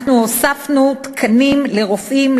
אנחנו הוספנו תקנים לרופאים,